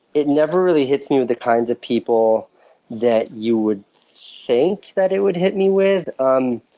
it never really hits me with the kinds of people that you would think that it would hit me with. um